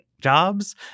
jobs